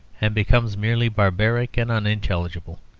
and becomes merely barbaric and unintelligible.